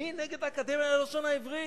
אני נגד האקדמיה ללשון העברית?